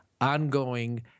ongoing